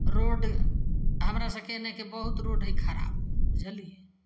road हमरा सभके एन्नेके बहुत रोड हइ खराब बुझलिए